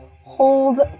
hold